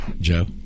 Joe